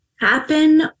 happen